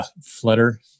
Flutter